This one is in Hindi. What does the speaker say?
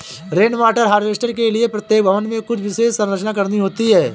रेन वाटर हार्वेस्टिंग के लिए प्रत्येक भवन में कुछ विशेष संरचना करनी होती है